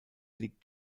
liegt